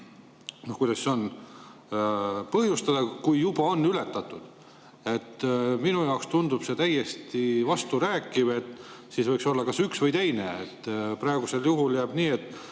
kuidas siis on, põhjustada, kui juba on [väärtust] ületatud? Minu jaoks tundub see täiesti vasturääkiv. Võiks olla kas üks või teine. Praegusel juhul jääb nii, et